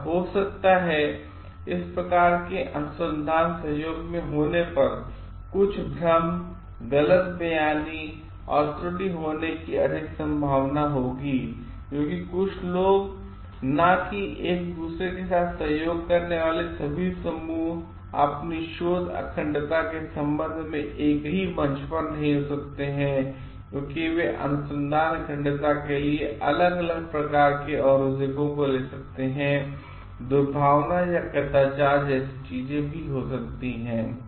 ऐसा हो सकता है इस प्रकार के अनुसंधान सहयोग होने पर कुछ भ्रम गलत बयानी और त्रुटि होने की अधिक संभावना होगी क्योंकि कुछ लोग न कि एक दूसरे के साथ सहयोग करने वाले सभी समूह अपनी शोध अखंडता के संबंध में एक ही मंच पर नहीं हो सकते हैं क्योंकि वे अनुसंधान अखंडता के लिए अलग अलग प्रकार के अवरोधकों को ले सकते हैं और दुर्भावना या कदाचार जैसे भी हो सकते हैं